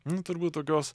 na turbūt tokios